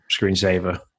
screensaver